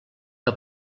que